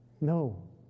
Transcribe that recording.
No